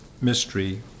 Mystery